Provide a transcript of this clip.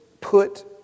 put